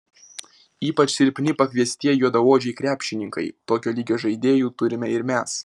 ypač silpni pakviestieji juodaodžiai krepšininkai tokio lygio žaidėjų turime ir mes